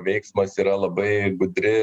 veiksmas yra labai gudri